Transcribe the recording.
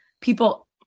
people